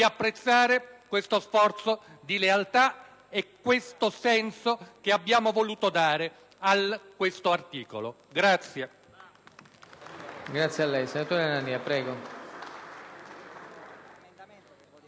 apprezzare questo sforzo di lealtà e questo senso che abbiamo voluto dare a questo articolo.